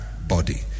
body